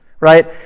right